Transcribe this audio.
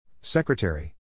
Secretary